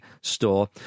store